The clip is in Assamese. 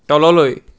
তললৈ